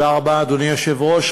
אדוני היושב-ראש,